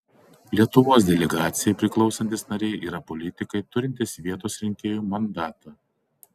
lietuvos delegacijai priklausantys nariai yra politikai turintys vietos rinkėjų mandatą